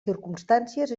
circumstàncies